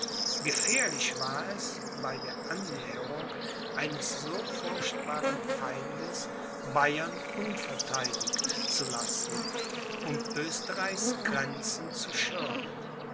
gefährlich war es bei der annäherung eines so furchtbaren feindes bayern unvertheidigt zu lassen um oesterreichs grenzen zu schirmen